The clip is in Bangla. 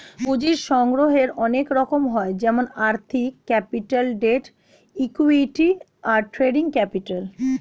পুঁজির সংগ্রহের অনেক রকম হয় যেমন আর্থিক ক্যাপিটাল, ডেট, ইক্যুইটি, আর ট্রেডিং ক্যাপিটাল